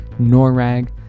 NORAG